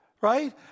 Right